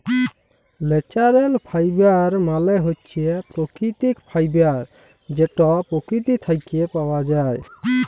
ল্যাচারেল ফাইবার মালে হছে পাকিতিক ফাইবার যেট পকিতি থ্যাইকে পাউয়া যায়